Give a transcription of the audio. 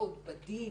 ועוד בדין,